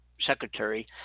secretary